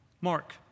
Mark